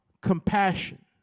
compassion